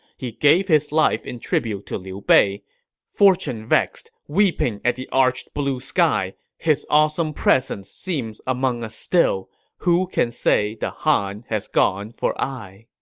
he gave his life in tribute to liu bei fortune-vexed, weeping at the arched blue sky his awesome presence seems among us still who can say the han has gone for aye?